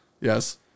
Yes